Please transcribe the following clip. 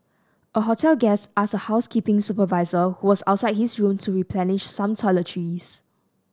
a hotel guest asked a housekeeping supervisor who was outside his room to replenish some toiletries